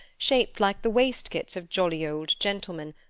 shaped like the waistcoats of jolly old gentlemen,